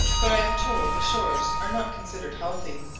but i am told the shores are not considered healthy,